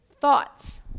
thoughts